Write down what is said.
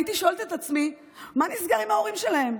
הייתי שואלת את עצמי, מה נסגר עם ההורים שלהם?